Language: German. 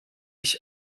ich